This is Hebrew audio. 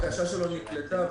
שהבקשה שלו נקלטה וכו',